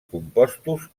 compostos